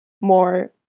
more